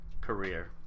career